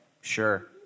sure